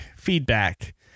feedback